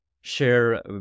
Share